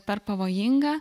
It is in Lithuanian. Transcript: per pavojinga